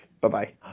Bye-bye